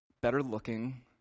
better-looking